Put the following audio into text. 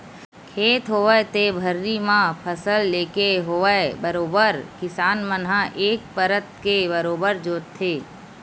खेत होवय ते भर्री म फसल लेके होवय बरोबर किसान मन ह एक परत के बरोबर जोंतथे